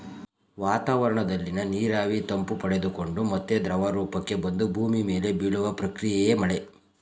ವಾತಾವರಣದಲ್ಲಿನ ನೀರಾವಿ ತಂಪು ಪಡೆದುಕೊಂಡು ಮತ್ತೆ ದ್ರವರೂಪಕ್ಕೆ ಬಂದು ಭೂಮಿ ಮೇಲೆ ಬೀಳುವ ಪ್ರಕ್ರಿಯೆಯೇ ಮಳೆ